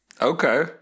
Okay